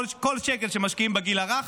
כל שקל שמשקיעים בגיל הרך,